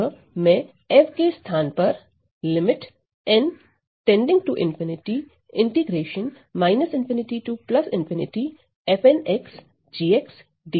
अतः मैं f के स्थान पर lim n रखता हूं